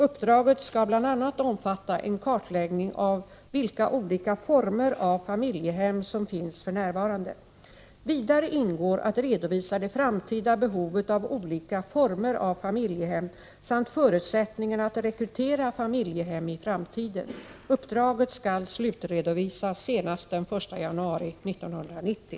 Uppdraget skall bl.a. omfatta en kartläggning av vilka olika former av familjehem som finns för närvarande. Vidare ingår att redovisa det framtida behovet av olika former av familjehem samt förutsättningen att rekrytera familjehem i framtiden. Uppdraget skall slutredovisas senast den 1 januari 1990.